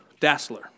Dassler